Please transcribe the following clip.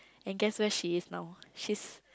and guess where she is now she's